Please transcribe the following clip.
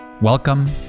Welcome